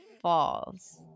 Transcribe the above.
false